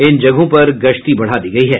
इन जगहों पर गश्ती बढ़ा दी गयी है